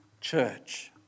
church